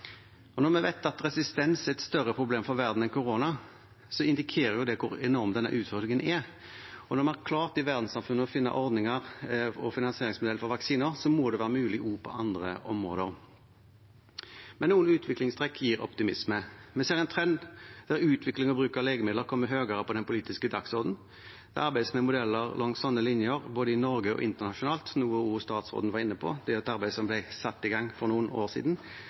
Når vi vet at resistens er et større problem for verden enn korona, indikerer det hvor enorm denne utfordringen er, og når vi har klart i verdenssamfunnet å finne ordninger og finansieringsmodeller for vaksiner, må det være mulig også på andre områder. Noen utviklingstrekk gir optimisme. Vi ser en trend der utvikling av bruk av legemidler kommer høyere på den politiske dagsordenen. Det arbeides med modeller langs sånne linjer både i Norge og internasjonalt, noe også statsråden var inne på. Det er et arbeid som ble satt i gang for noen år siden.